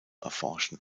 erforschen